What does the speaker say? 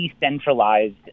decentralized